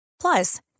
Plus